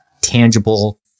tangible